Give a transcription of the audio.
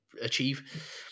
achieve